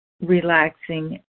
relaxing